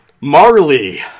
Marley